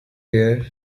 here